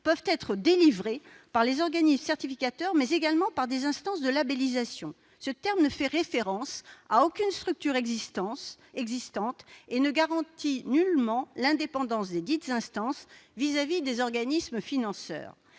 peuvent être délivrées par les organismes certificateurs, mais également par des instances de labellisation. Ce terme ne fait référence à aucune structure existante et ne garantit nullement l'indépendance desdites instances à l'égard des organismes financeurs.